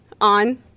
On